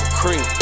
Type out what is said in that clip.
cream